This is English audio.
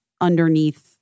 underneath